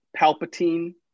Palpatine